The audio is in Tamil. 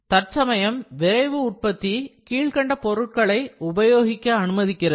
தற்சமயம் விரைவு உற்பத்தி கீழ்க்கண்ட பொருட்களை உபயோகிக்க அனுமதிக்கிறது